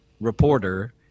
reporter